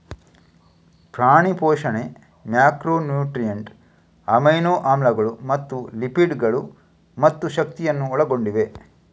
ಪ್ರಾಣಿ ಪೋಷಣೆ macro nutrient, amino ಆಮ್ಲಗಳು ಮತ್ತು ಲಿಪಿಡ್ ಗಳು ಮತ್ತು ಶಕ್ತಿಯನ್ನು ಒಳಗೊಂಡಿವೆ